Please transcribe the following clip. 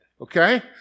Okay